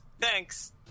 Thanks